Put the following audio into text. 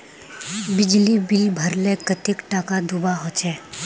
बिजली बिल भरले कतेक टाका दूबा होचे?